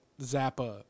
Zappa